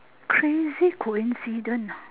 crazy coincidence